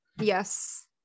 yes